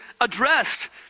addressed